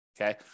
Okay